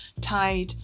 tied